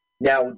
Now